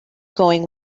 going